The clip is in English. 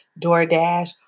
DoorDash